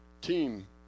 Team